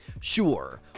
Sure